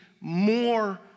more